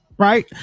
Right